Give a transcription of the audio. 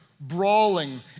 brawling